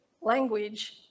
language